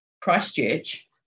Christchurch